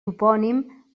topònim